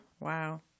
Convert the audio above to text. Wow